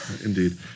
Indeed